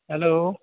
hello